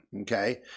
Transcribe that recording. okay